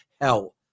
hell